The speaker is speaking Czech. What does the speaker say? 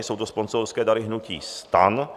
Jsou to sponzorské dary hnutí STAN.